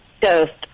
ghost